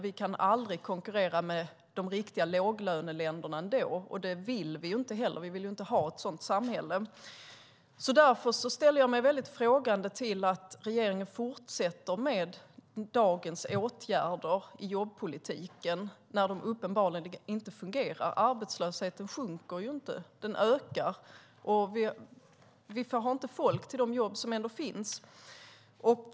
Vi kan aldrig konkurrera med de riktiga låglöneländerna, och det vill vi inte heller. Vi vill inte ha ett sådant samhälle. Därför ställer jag mig mycket frågande till att regeringen fortsätter med dagens åtgärder i jobbpolitiken eftersom de uppenbarligen inte fungerar. Arbetslösheten sjunker ju inte. Den ökar, och vi har inte folk till de jobb som ändå finns.